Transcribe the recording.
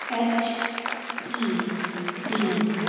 H P D